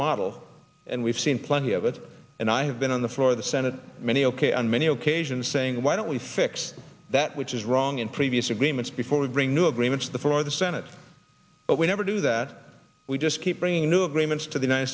model and we've seen plenty of it and i have been on the floor of the senate many ok on many occasions saying why don't we fix that which is wrong in previous agreements before we bring new agreements before the senate but we never do that we just keep bringing new agreements to the united